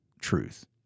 truth